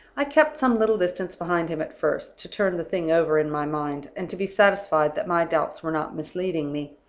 i kept some little distance behind him at first, to turn the thing over in my mind, and to be satisfied that my doubts were not misleading me.